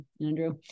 andrew